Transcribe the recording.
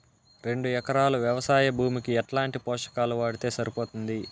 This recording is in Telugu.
రెండు ఎకరాలు వ్వవసాయ భూమికి ఎట్లాంటి పోషకాలు వాడితే సరిపోతుంది?